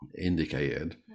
indicated